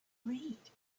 read